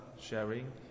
sharing